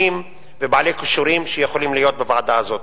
ובעלי כישורים שיכולים להיות בוועדה הזאת.